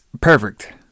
perfect